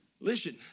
Listen